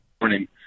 morning